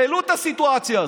העלו את הסיטואציה הזאת,